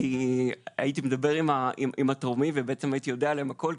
כי הייתי מדבר עם התורמים ובעצם הייתי יודע עליהם הכל,